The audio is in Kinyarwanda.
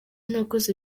nakoze